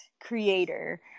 creator